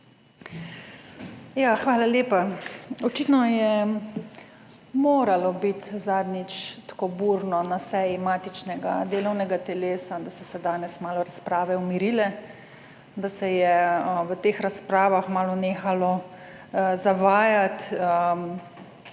Hvala lepa. Očitno je moralo biti zadnjič tako burno na seji matičnega delovnega telesa, da so se danes malo razprave umirile, da se je v teh razpravah malo nehalo zavajati